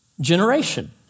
generation